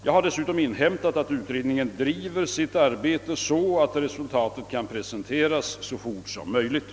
Jag har dessutom inhämtat att utredningen driver sitt arbete så att resultatet kan presenteras så fort som möjligt.